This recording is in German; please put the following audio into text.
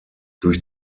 durch